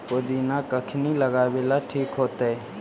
पुदिना कखिनी लगावेला ठिक होतइ?